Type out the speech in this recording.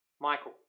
Michael